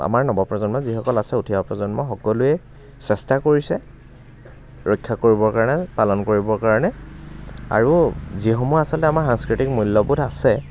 আমাৰ নৱপ্ৰজন্ম যিসকল আছে উঠি অহা প্ৰজন্ম সকলোৱে চেষ্টা কৰিছে ৰক্ষা কৰিবৰ কাৰণে পালন কৰিবৰ কাৰণে আৰু যিসমূহ আচলতে আমাৰ সাংস্কৃতিক মূল্যবোধ আছে